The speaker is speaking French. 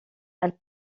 elle